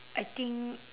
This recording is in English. I think